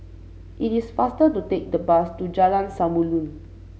it is faster to take the bus to Jalan Samulun